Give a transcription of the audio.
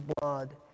blood